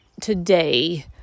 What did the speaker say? today